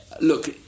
look